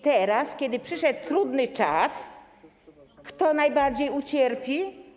Teraz, kiedy przyszedł trudny czas, kto najbardziej ucierpi?